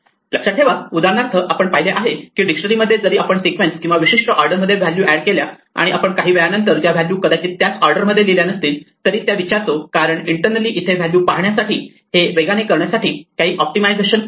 लक्षात ठेवा उदाहरणार्थ आपण पाहिले आहे की डिक्शनरी मध्ये जरी आपण सिक्वेन्स किंवा विशिष्ट ऑर्डर मध्ये व्हॅल्यू एड केल्या आणि आपण काही वेळानंतर ज्या व्हॅल्यू कदाचित त्याच ऑर्डरमध्ये लिहिल्या नसतील तरी त्या विचारतो कारण इंटरनली इथे यासाठी व्हॅल्यू पाहण्यासाठी हे वेगाने करण्यासाठी काही ऑप्टिमायझेशन करते